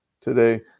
today